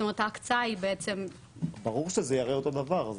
זאת אומרת ההקצאה היא בעצם --- ברור שזה ייראה אותו דבר.